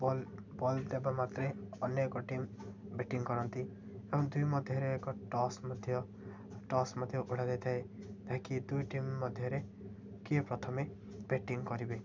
ball ball ଦେବା ମାତ୍ରେ ଅନେ ଏକ ଟିମ୍ ବେଟିଂ କରନ୍ତି ଏବଂ ଦୁଇ ମଧ୍ୟରେ ଏକ ଟସ୍ ମଧ୍ୟ ଟସ୍ ମଧ୍ୟ ଉଢ଼ା ଦେଇ ଥାଏ ଯାହାକି ଦୁଇ ଟିମ୍ ମଧ୍ୟରେ କିଏ ପ୍ରଥମେ ବେଟିଂ କରିବେ